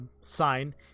sign